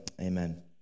Amen